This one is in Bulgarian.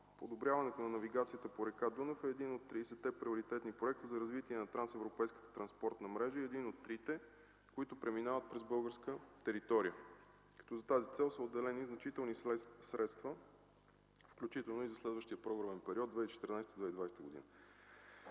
Подобряването на навигацията по река Дунав е един от тридесетте приоритетни проекта за развитие на Трансевропейската транспортна мрежа и един от трите, които преминават през българска територия, като за тази цел са отделени значителни средства, включително и за следващия програмен период – 2014-2020 г.